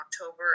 October